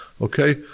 okay